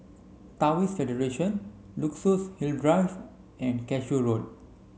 Taoist Federation Luxus Hill Drive and Cashew Road